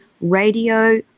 Radio